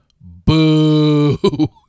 Boo